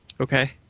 Okay